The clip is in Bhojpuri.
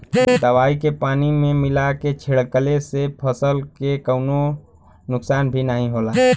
दवाई के पानी में मिला के छिड़कले से फसल के कवनो नुकसान भी नाहीं होला